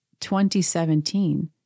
2017